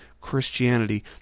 Christianity